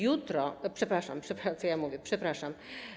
Jutro, przepraszam, co ja mówię, przepraszam.